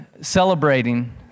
celebrating